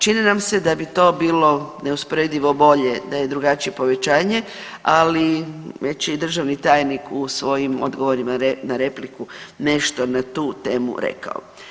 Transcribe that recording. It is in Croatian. Čini nam se da bi to bilo neusporedivo bolje da je drugačije povećanje, ali već je i državni tajnik u svojim odgovorima na repliku nešto na tu temu rekao.